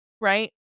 Right